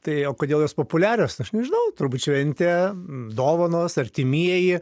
tai o kodėl jos populiarios aš nežinau turbūt šventė dovanos artimieji